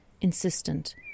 Insistent